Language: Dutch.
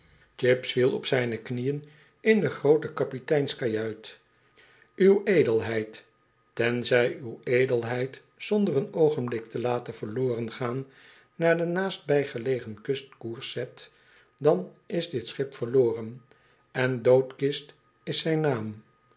chips viel op zijne knieën in de groote kapiteinskajuit üw edelheid tenzij uw edelheid zonder een oogenblik te laten verloren gaan naar de naast bij gelegen kust koers zet dan is dit schip verloren en doodkist is zijn naam